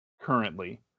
currently